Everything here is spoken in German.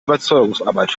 überzeugungsarbeit